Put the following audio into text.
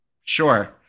Sure